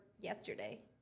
yesterday